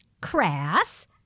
crass